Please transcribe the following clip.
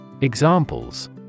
Examples